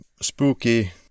spooky